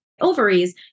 ovaries